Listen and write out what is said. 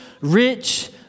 rich